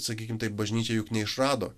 sakykim taip bažnyčia juk neišrado